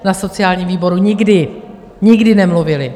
Na sociálním výboru nikdy, nikdy nemluvili.